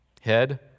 head